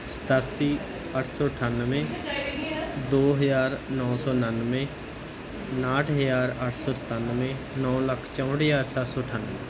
ਸਤਾਸੀ ਅੱਠ ਸੌ ਅਠਾਨਵੇਂ ਦੋ ਹਜ਼ਾਰ ਨੌਂ ਸੌ ਉਣਾਨਵੇਂ ਉਣਾਹਠ ਹਜ਼ਾਰ ਅੱਠ ਸੌ ਸਤਾਨਵੇਂ ਨੌਂ ਲੱਖ ਚੌਂਹਠ ਹਜ਼ਾਰ ਸੱਤ ਸੌ ਅਠਾਨਵੇਂ